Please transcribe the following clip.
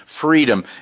freedom